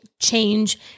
Change